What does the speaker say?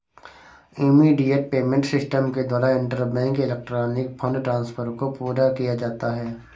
immediate payment system के द्वारा interbank electronic fund transfer को पूरा किया जाता है